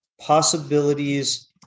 possibilities